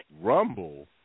Rumble